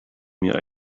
mir